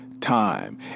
time